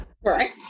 Right